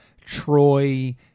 Troy –